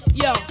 yo